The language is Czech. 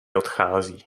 odchází